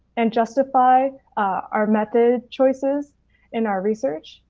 and justify our method choices in our research.